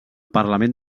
parlament